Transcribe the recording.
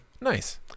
nice